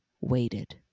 waited